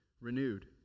renewed